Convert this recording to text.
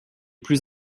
plus